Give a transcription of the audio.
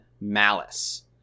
Malice